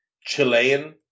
Chilean